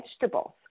vegetables